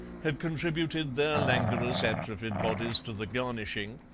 had contributed their languorous atrophied bodies to the garnishing,